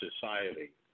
society